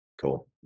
Cool